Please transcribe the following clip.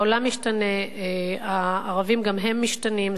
העולם משתנה, הערבים גם הם משתנים.